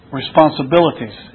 responsibilities